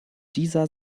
dieser